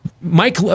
Mike